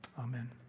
Amen